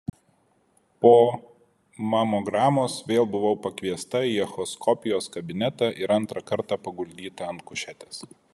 po mamogramos vėl buvau pakviesta į echoskopijos kabinetą ir antrą kartą paguldyta ant kušetės